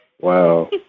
wow